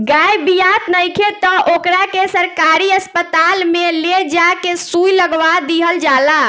गाय बियात नइखे त ओकरा के सरकारी अस्पताल में ले जा के सुई लगवा दीहल जाला